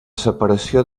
separació